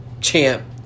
champ